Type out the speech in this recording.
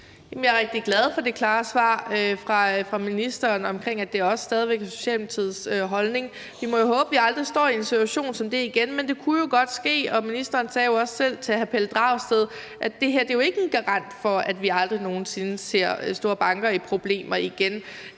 jeg er rigtig glad for det klare svar fra ministeren om, at det også stadig væk er Socialdemokratiets holdning. Vi må håbe, at vi aldrig står i en situation som den igen, men det kunne jo godt ske, og ministeren sagde også selv til hr. Pelle Dragsted, at det her jo ikke er en garant for, at vi aldrig nogen sinde ser store banker i problemer igen.